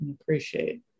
appreciate